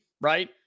right